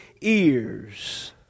ears